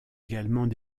également